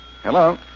Hello